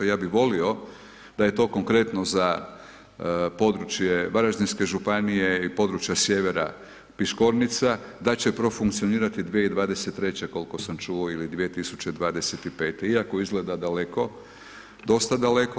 Ja bih volio da je to konkretno za područje Varaždinske županije i područja sjevera Piškornica, da će profunkcionirati 2023.-će, koliko sam čuo ili 2025.-te, iako izgleda daleko, dosta daleko.